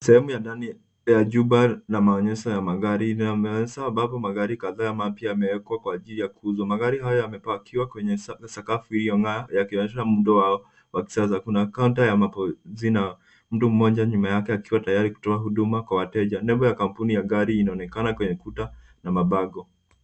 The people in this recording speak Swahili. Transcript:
Sehemu ya ndani ya jumba la maonyesho ya magari, inaonyesha ambapo magari kadhaa mapya yamewekwa kwa ajili ya kuuzwa. Magari hayo yamepakiwa kwenye sakafu iliyong'aa yakionyesha muundo wao wa kisasa. Kuna kaunta ya mapokezi na mtu mmoja nyuma yake akiwa tayari kutoa huduma kwa wateja. Nembo ya kampuni ya gari inaonekana kwenye kuta na mabango.